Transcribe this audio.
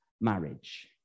marriage